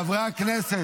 חברי הכנסת,